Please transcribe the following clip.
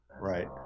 Right